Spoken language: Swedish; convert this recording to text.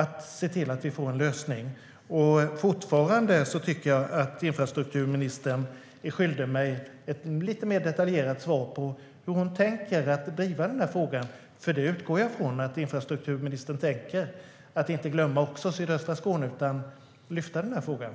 att se till att vi får en lösning, om inte annat så för Bornholmsresenärernas skull.